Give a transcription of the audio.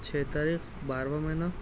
چھ تاریخ بارہواں مہینہ